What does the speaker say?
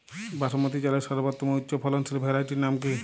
বাসমতী চালের সর্বোত্তম উচ্চ ফলনশীল ভ্যারাইটির নাম কি?